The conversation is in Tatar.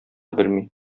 белми